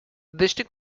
district